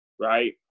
Right